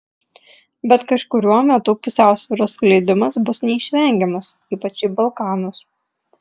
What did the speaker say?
bet kažkuriuo metu pusiausvyros skleidimas bus neišvengiamas ypač į balkanus